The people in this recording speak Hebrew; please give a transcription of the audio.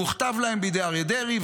הוא הוכתב להם בידי אריה דרעי,